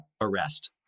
arrest